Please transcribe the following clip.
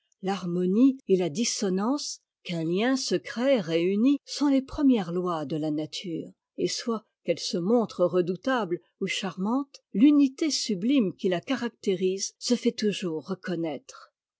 l'harmonie et la dissonance qu'un lien secret réunit sont les premières lois de la nature et soit qu'elle se montre redoutable ou charmante l'unité sublime qui la caractérise se fait toujours reconnaître